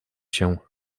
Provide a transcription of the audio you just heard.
się